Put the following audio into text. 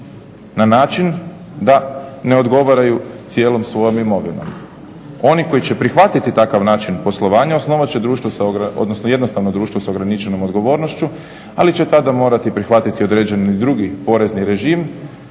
na način da ne odgovaraju cijelom svojom imovinom. Oni koji će prihvatiti takav način poslovanja osnovat će jednostavno društvo sa ograničenom odgovornošću ali će tada morati prihvatiti određeni drugi porezni režim